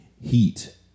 Heat